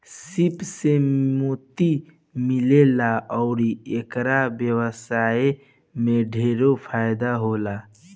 सीप से मोती मिलेला अउर एकर व्यवसाय में ढेरे फायदा होला